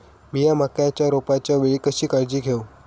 मीया मक्याच्या रोपाच्या वेळी कशी काळजी घेव?